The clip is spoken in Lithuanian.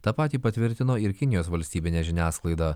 tą patį patvirtino ir kinijos valstybinė žiniasklaida